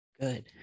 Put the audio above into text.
Good